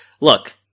look